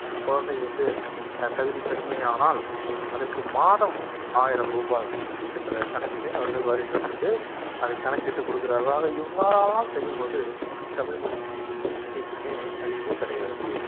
அந்த குழந்தை வந்து தகுதி பெறுமேயானால் அதுக்கு மாதம் ஆயிரம் ருபாய் என்ற கணக்கில் அவர்கள் வருஷத்திற்கு அதை கணக்கிட்டுக் கொடுக்கிறார்கள் ஆக இவ்வாறெல்லாம் செய்யும்போது தமிழ் மொழிக்கி என்றும் அழிவு கிடையாது